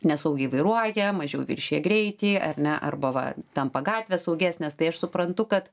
nesaugiai vairuoja mažiau viršija greitį ar ne arba va tampa gatvės saugesnės tai aš suprantu kad